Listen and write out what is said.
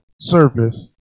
service